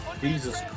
Jesus